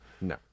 No